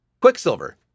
Quicksilver